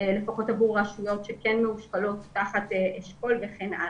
פחות עבור רשויות שכן תחת אשכול וכן הלאה.